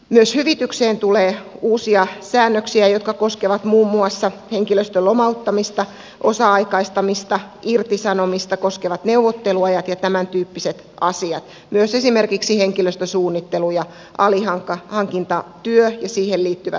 myös hyvitykseen tulee uusia säännöksiä jotka koskevat muun muassa henkilöstön lomauttamista osa aikaistamista irtisanomista koskevia neuvotteluaikoja ja tämäntyyppisiä asioita myös esimerkiksi henkilöstösuunnittelua ja alihankintatyötä ja siihen liittyviä tietojenantovelvoitteita